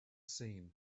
seen